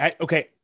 Okay